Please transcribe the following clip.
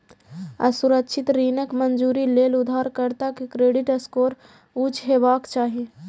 असुरक्षित ऋणक मंजूरी लेल उधारकर्ता के क्रेडिट स्कोर उच्च हेबाक चाही